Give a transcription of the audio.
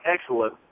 excellent